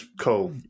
cool